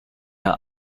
are